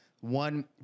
one